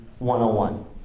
101